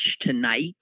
tonight